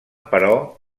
però